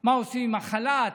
מה עושים עם החל"ת,